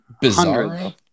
bizarre